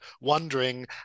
wondering